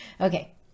Okay